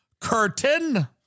curtain